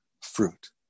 fruit